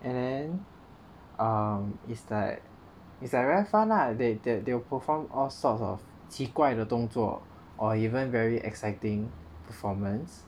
and um is like is like very fun lah they they will perform all sorts of 奇怪的动作 or even very exciting performance